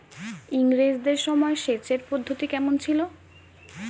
ইঙরেজদের সময় সেচের পদ্ধতি কমন ছিল?